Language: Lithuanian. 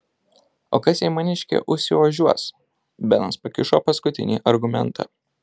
o kas jei maniškė užsiožiuos benas pakišo paskutinį argumentą